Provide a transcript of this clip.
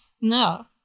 no